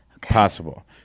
possible